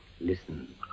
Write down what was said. Listen